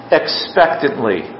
expectantly